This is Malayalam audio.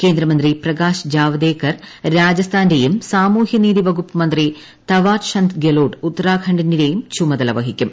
കേന്ദ്രമന്ത്രി പ്രകാശ് ജാവദേക്കർ രാജസ്ഥാന്റെയും സാമൂഹ്യ നീതി വകുപ്പ് മന്ത്രി തവാർചന്ദ് ഗെലോട്ട് ഉത്തരാഖണ്ഡിന്റെയും ചുമതല് വഹിക്കും